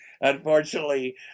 unfortunately